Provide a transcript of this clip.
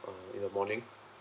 um in the morning